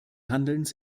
handelns